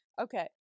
Okay